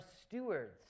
stewards